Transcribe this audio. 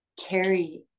carry